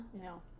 No